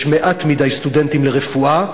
יש מעט מדי סטודנטים לרפואה,